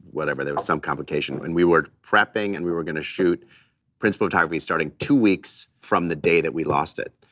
whatever, there was some complication. and we were prepping and we were gonna shoot principal photography starting in two weeks from the day that we lost it.